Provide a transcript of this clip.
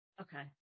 Okay